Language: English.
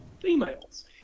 females